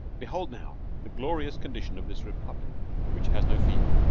behold now the glorious condition of this republic which has no fear.